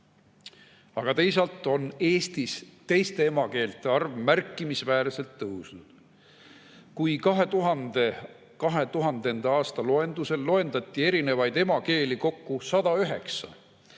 Aga teisalt on Eestis teiste emakeelte arv märkimisväärselt tõusnud. Kui 2000. aasta loendusel loendati emakeeli kokku 109,